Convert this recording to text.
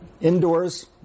indoors